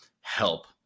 help